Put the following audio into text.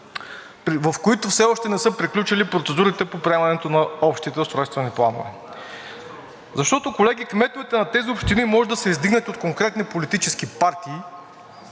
в които все още не са приключили процедурите по приемането на общите устройствени планове. Колеги, кметовете на тези общини може да са издигнати от конкретни политически партии